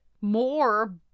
more